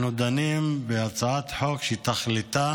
אנחנו דנים בהצעת חוק שתכליתה